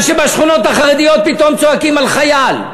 אבל שבשכונות החרדיות פתאום צועקים על חייל?